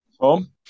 Tom